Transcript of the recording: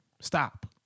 stop